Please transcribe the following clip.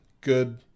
good